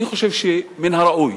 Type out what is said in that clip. אני חושב שמן הראוי